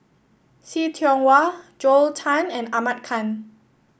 See Tiong Wah Joel Tan and Ahmad Khan